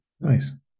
Nice